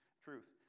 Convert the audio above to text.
Truth